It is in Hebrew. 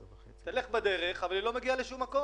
תלך בדרך אבל היא לא מגיעה לשום מקום.